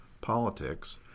politics